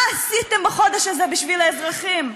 מה עשיתם בחודש הזה בשביל האזרחים?